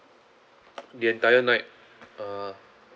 the entire night uh